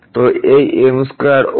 তো এই হয় m2 ওভার 1m23